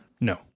No